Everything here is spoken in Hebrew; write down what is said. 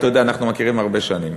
אתה יודע שאנחנו מכירים הרבה שנים.